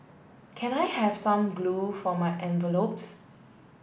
can I have some glue for my envelopes